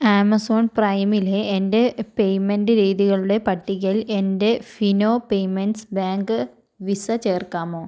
Amazon പ്രൈമിലെ എൻ്റെ payment രീതികളുടെ പട്ടികയിൽ എൻ്റെ ഫിനോ പേയ്മെൻറ്റ്സ് ബാങ്ക് വിസ ചേർക്കാമോ